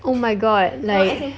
oh my god like